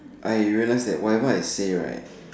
I realize right here right